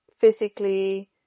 physically